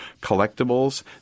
Collectibles